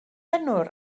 enw